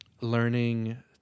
learning